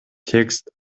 текст